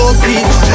peace